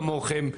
כמוכם,